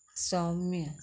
सौम्य